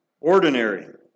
ordinary